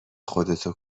خودتو